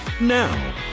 Now